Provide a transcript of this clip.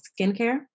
skincare